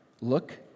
Look